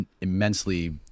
immensely